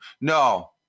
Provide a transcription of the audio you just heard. No